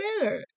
better